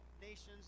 nations